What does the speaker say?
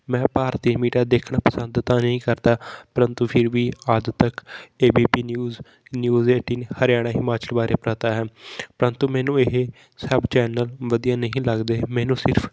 ਮੈਂ ਭਾਰਤੀ ਮੀਡੀਆ ਦੇਖਣਾ ਪਸੰਦ ਤਾਂ ਨਹੀਂ ਕਰਦਾ ਪ੍ਰੰਤੂ ਫਿਰ ਵੀ Aaj Tak ABP news news eighteen Haryana Himachal ਬਾਰੇ ਪਤਾ ਹੈ ਪ੍ਰੰਤੂ ਮੈਨੂੰ ਇਹ ਸਭ ਚੈਨਲ ਵਧੀਆ ਨਹੀਂ ਲੱਗਦੇ ਮੈਨੂੰ ਸਿਰਫ